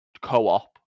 co-op